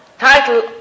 title